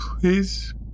Please